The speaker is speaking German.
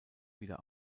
wieder